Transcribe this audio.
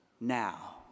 now